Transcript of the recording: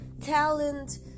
talent